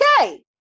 okay